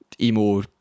emo